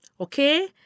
okay